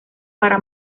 para